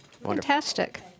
Fantastic